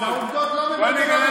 אז העובדות לא מבלבלות